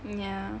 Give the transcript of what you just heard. mm yeah